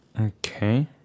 Okay